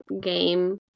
game